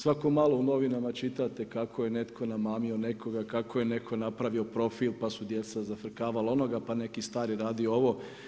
Svako malo u novinama čitate kako je netko namamio nekoga, kako je netko napravio profil, pa su djeca zafrkavali onoga, pa neki stari radi ovo.